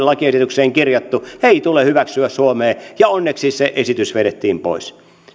lakiesitykseen kirjattu ei tule hyväksyä suomeen ja onneksi se esitys vedettiin pois